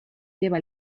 lleva